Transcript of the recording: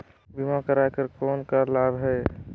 बीमा कराय कर कौन का लाभ है?